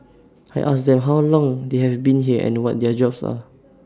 I asked them how long they have been here and what their jobs are